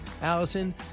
Allison